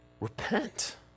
Repent